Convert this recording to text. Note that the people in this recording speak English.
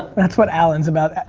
that's what alan's about,